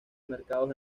mercados